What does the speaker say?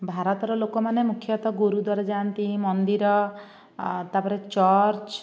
ଭାରତର ଲୋକମାନେ ମୁଖ୍ୟତଃ ଗୁରୁଦ୍ୱାର ଯାଆନ୍ତି ମନ୍ଦିର ତା'ପରେ ଚର୍ଚ୍ଚ